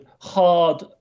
hard